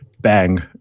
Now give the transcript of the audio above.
bang